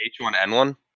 H1N1